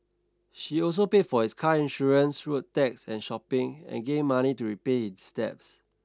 she also paid for his car insurance road tax and shopping and gave money to repay his debts